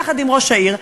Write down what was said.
יחד עם ראש העיר,